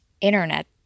internet